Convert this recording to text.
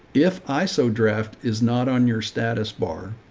if i, so draft is not on your status bar,